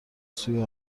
سوی